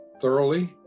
thoroughly